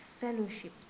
fellowship